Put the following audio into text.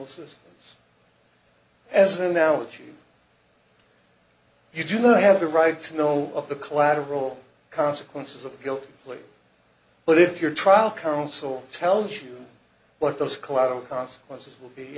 responses as an analogy you do not have the right to know of the collateral consequences of a guilty plea but if your trial counsel tells you what those collateral consequences will be